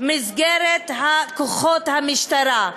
מסגרת כוחות המשטרה,